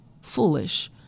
foolish